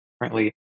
currently